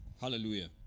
Hallelujah